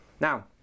Now